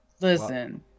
listen